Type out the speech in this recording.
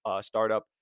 startup